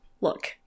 look